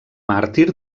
màrtir